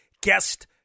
guest